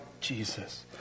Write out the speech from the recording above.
Jesus